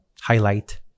highlight